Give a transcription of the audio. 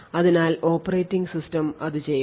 അതിനാൽ operating system അത് ചെയ്യണം